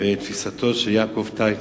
ותפיסתו של יעקב טייטל.